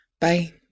bye